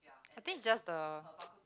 I think is just the